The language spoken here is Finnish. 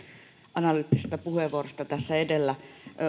analyyttisestä puheenvuorosta tässä edellä